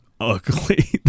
ugly